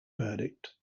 verdict